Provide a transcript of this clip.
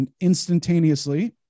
instantaneously